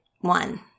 one